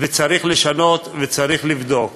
וצריך לשנות וצריך לבדוק.